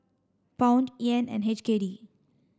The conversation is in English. Pound Yen and H K D